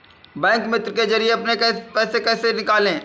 Bank मित्र के जरिए अपने पैसे को कैसे निकालें?